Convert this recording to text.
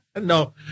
No